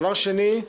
דבר שני,